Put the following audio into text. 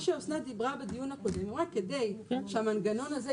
מה שאסנת דיברה בדיון הקודם רק כדי שהמנגנון זה,